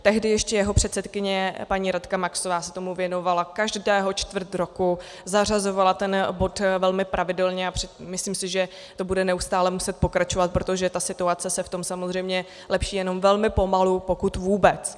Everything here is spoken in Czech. Tehdy ještě jeho předsedkyně paní Radka Maxová se tomu věnovala každého čtvrt roku, zařazovala ten bod velmi pravidelně a myslím si, že to bude neustále muset pokračovat, protože situace se v tom samozřejmě lepší jenom velmi pomalu, pokud vůbec.